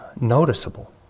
noticeable